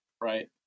Right